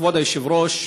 כבוד היושב-ראש,